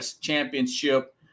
championship